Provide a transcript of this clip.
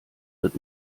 wird